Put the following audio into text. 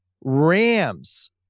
Rams